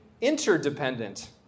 interdependent